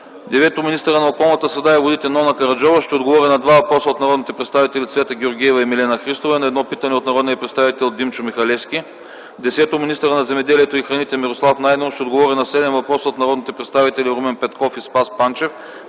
9. Министърът на околната среда и водите Нона Караджова ще отговори на два въпроса от народните представители Цвета Георгиева и Милена Христова и на едно питане от народния представител Димчо Михалевски. 10. Министърът на земеделието и храните Мирослав Найденов ще отговори на седем въпроса от народните представители Румен Петков и Спас Панчев;